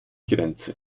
grenze